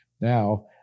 Now